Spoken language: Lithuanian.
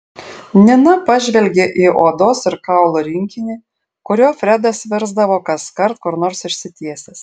nina pažvelgė į odos ir kaulų rinkinį kuriuo fredas virsdavo kaskart kur nors išsitiesęs